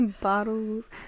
Bottles